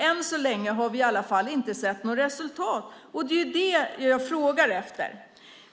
Än så länge har vi i alla fall inte sett något resultat, och det är det jag frågar efter.